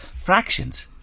fractions